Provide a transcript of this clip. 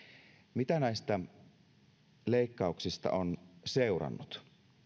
mitä näistä leikkauksista on seurannut